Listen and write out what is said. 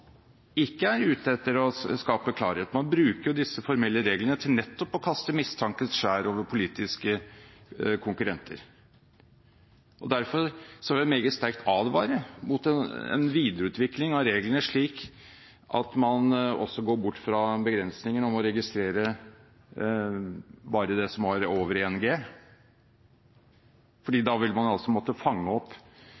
ikke er ute etter å skape klarhet. Man bruker jo disse formelle reglene til å kaste mistankens skjær over politiske konkurrenter. Derfor vil jeg meget sterkt advare mot en videreutvikling av reglene slik at man også går bort fra begrensningen om å registrere bare det som var over 1 G, fordi